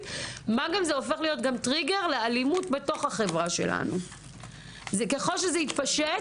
בטח כשמדובר באינטרס ציבורי.